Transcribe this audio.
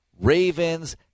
Ravens